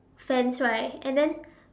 fence right and then